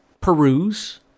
peruse